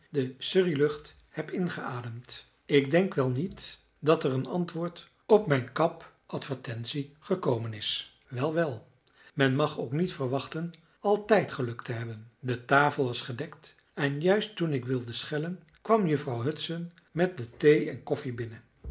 de surreylucht heb ingeademd ik denk wel niet dat er een antwoord op mijn cab advertentie gekomen is wel wel men mag ook niet verwachten altijd geluk te hebben de tafel was gedekt en juist toen ik wilde schellen kwam juffrouw hudson met de thee en koffie binnen